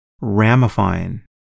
ramifying